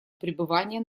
пребывания